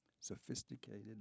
Sophisticated